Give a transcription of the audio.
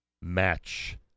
match